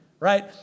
right